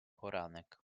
poranek